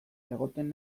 egoten